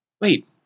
Wait